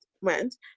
went